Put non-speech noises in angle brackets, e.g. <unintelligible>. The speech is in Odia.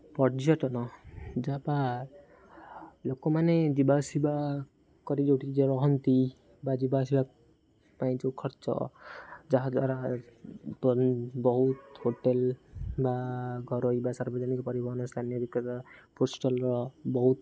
ପର୍ଯ୍ୟଟନ <unintelligible> ଲୋକମାନେ ଯିବା ଆସିବା କରି ଯେଉଁଠି ଯେଉଁ ରହନ୍ତି ବା ଯିବା ଆସିବା ପାଇଁ ଯେଉଁ ଖର୍ଚ୍ଚ ଯାହା ଦ୍ୱାରା ବହୁତ ହୋଟେଲ୍ ବା ଘରୋଇ ବା ସାର୍ବଜନିକ ପରିବହନ ସ୍ଥାନୀୟ <unintelligible> <unintelligible> ବହୁତ